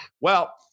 Well-